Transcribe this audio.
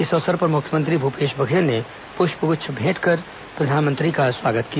इस अवसर पर मुख्यमंत्री भूपेश बधेल ने पृष्पगुच्छ भेंट कर प्रधानमंत्री का स्वागत किया